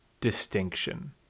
distinction